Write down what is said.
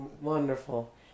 Wonderful